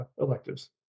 electives